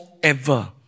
forever